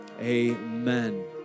amen